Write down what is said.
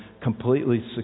completely